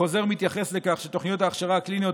החוזר מתייחס לכך שתוכניות ההכשרה הקליניות